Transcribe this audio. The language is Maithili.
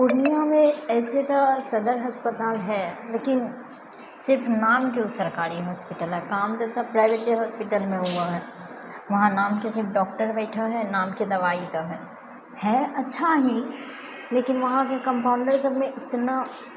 पूर्णियामे ऐसे तऽ सदर अस्पताल है लेकिन सिर्फ नामके ओ सरकारी हॉस्पिटल है काम तऽ सब प्राइवेटे हॉस्पिटलमे होवऽ है वहाँ नामके सिर्फ डॉक्टर बैठऽ है नामके दवाइ दऽ है अच्छा ही लेकिन वहाँ के कम्पाउण्डर सभमे इतना